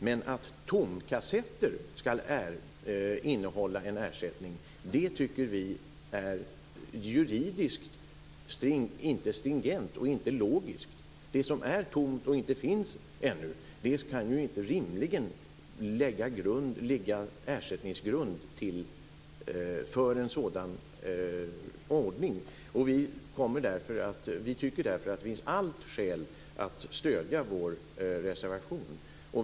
Men att tomkassetter skall innehålla en ersättning tycker vi inte är juridiskt stringent och inte logiskt. Det som är tomt och ännu inte finns kan ju inte rimligen ligga som ersättningsgrund i en sådan här ordning. Vi tycker därför att det finns alla skäl att stödja vår reservation.